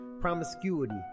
promiscuity